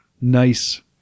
Nice